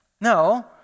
No